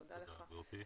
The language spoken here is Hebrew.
תודה רבה.